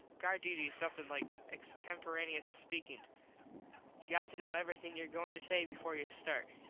guard duty is something like extemperaneus speakin. you got to know everything your goin to say before you start.